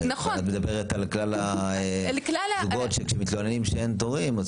אבל את מדברת על כלל הזוגות שמתלוננים שאין תורים.